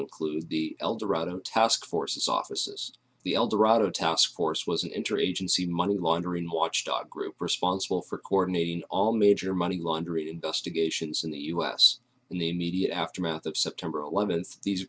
include the eldorado taskforce offices the eldorado taskforce was interested in see money laundering watchdog group responsible for coordinating all major money laundering investigations in the u s in the immediate aftermath of september eleventh these